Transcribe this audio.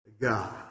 God